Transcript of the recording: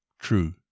true